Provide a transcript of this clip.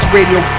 Radio